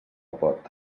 pot